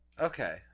Okay